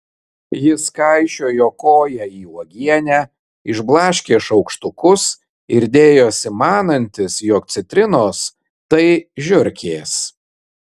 jis kaišiojo koją į uogienę išblaškė šaukštukus ir dėjosi manantis jog citrinos tai žiurkės